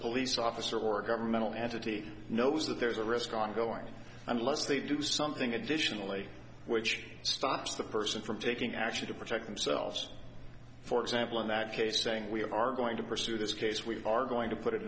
police officer or a governmental entity knows that there's a risk ongoing unless they do something additionally which stops the person from taking action to protect themselves for example in that case saying we have are going to pursue this case we are going to put it